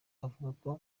avuga